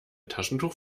taschentuch